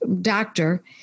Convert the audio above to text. doctor